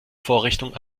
vorrichtung